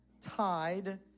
tied